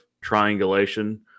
triangulation